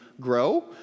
grow